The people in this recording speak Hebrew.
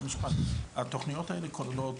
התוכניות האלה כוללות